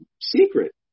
secret